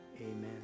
amen